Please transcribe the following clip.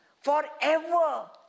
forever